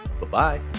Bye-bye